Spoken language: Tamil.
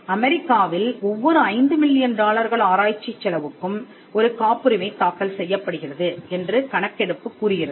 அமெரிக்காவில் ஒவ்வொரு ஐந்து மில்லியன் டாலர்கள் ஆராய்ச்சிச் செலவுக்கும் ஒரு காப்புரிமை தாக்கல் செய்யப்படுகிறது என்று கணக்கெடுப்பு கூறுகிறது